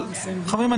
חברים,